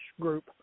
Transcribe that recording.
group